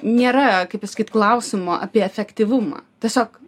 nėra kaip pasakyt klausimo apie efektyvumą tiesiog